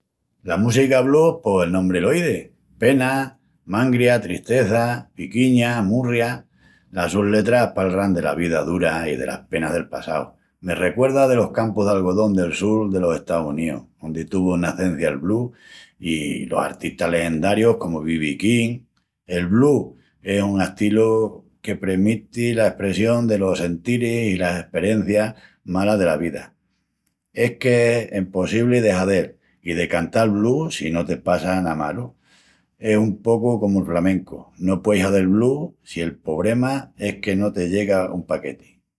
La música blues pos el nombri lo izi: pena, mangria, tristeza, piquiña, murria. Las sus letras palran dela vida dura i las penas del passau. Me recuerda delos campus d'algodón del sul delos Estaus Unius, ondi tuvu nacencia el blues, i los artistas legendarius comu B.B. King. El blues es un astilu que premiti la espressión delos sentiris i las esperencias malas dela vida. Es que empossibli de hazel i de cantal blues si no te passa ná malu, es un pocu comu'l flamencu. No pueis hazel blues si el pobrema es que no te llega un paqueti.